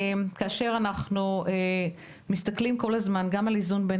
אנחנו מסתכלים כל הזמן על האיזון בין